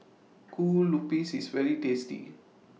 Kue Lupis IS very tasty